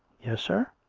yes, sir?